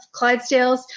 Clydesdales